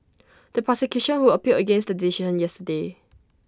the prosecution who appealed against the decision yesterday